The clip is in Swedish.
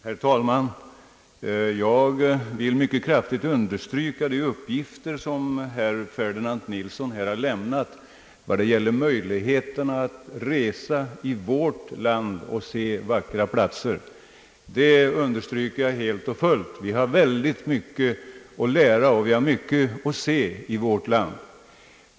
Herr talman! Jag vill mycket kraftigt understryka de synpunkter som herr Ferdinand Nilsson anförde om möjligheterna att resa omkring och se vackra platser i vårt land. Vi har säkerligen mycket att lära och se i vårt land.